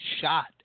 shot